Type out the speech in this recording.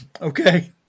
Okay